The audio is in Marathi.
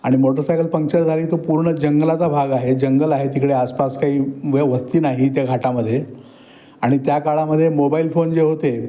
आणि मोटरसायकल पंक्चर झाली तो पूर्ण जंगलाचा भाग आहे जंगल आहे तिकडे आसपास काही व्यवस्थी नाही त्या घाटामध्ये आणि त्या काळामध्ये मोबाईल फोन जे होते